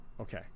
Okay